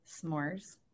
s'mores